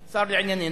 שר לענייננו,